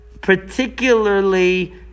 particularly